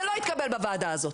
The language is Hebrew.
זה לא יתקבל בוועדה הזאת.